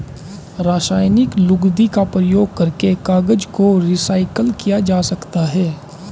रासायनिक लुगदी का प्रयोग करके कागज को रीसाइकल किया जा सकता है